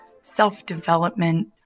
self-development